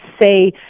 say